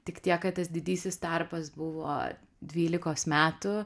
tik tiek kad tas didysis tarpas buvo dvylikos metų